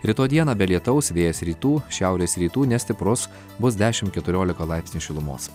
rytoj dieną be lietaus vėjas rytų šiaurės rytų nestiprus bus dešimt keturiolika laipsnių šilumos